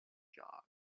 jug